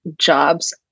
jobs